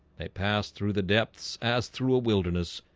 they passed through the depths as through a wilderness,